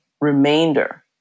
remainder